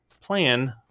Plan